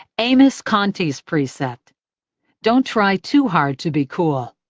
amos conti's precept don't try too hard to be cool.